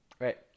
Right